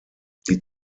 die